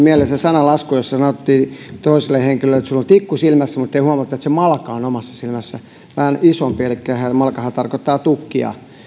mieleen se sananlasku jossa sanottiin toiselle henkilölle että sinulla on tikku silmässä mutta ei huomattu että se malka on omassa silmässä vähän isompi elikkä malkahan tarkoittaa tukkia